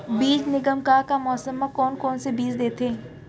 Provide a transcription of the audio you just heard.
बीज निगम का का मौसम मा, कौन कौन से बीज देथे?